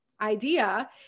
idea